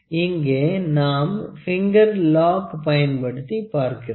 இங்கே நாம் finger lock பயன்படுத்தி பார்க்கிறோம்